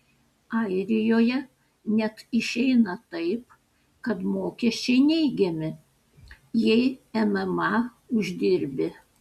airijoje net išeina taip kad mokesčiai neigiami jei mma uždirbi